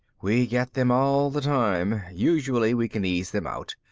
we get them all the time. usually we can ease them out.